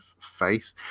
faith